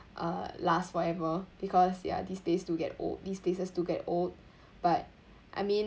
uh last forever because ya this place do get old these places do get old but I mean